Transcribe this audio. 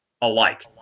alike